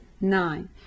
nine